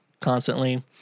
constantly